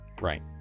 Right